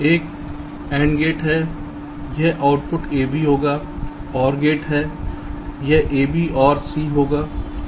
एक AND gate है यह आउटपुट ab होगा OR गेट है यह ab OR c होगा